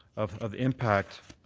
of of impact